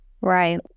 Right